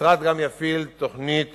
המשרד גם יפעיל תוכניות